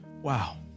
Wow